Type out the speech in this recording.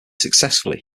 successfully